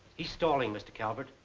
he's stalling, mr. calvert.